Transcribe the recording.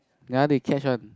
ya they catch one